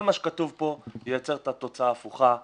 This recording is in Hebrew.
כל מה שכתוב פה ייצר את התוצאה ההפוכה לדעתנו,